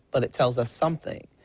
but it tells us something.